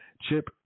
chip